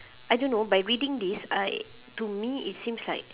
I don't know by reading this uh I to me it seems like